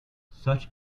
such